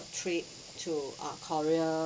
trip to uh korea